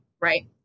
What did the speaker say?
right